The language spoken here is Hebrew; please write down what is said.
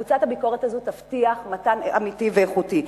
קבוצת הביקורת הזאת תבטיח מתן טיפול אמיתי ואיכותי.